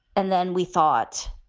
and then we thought,